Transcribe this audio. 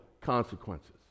consequences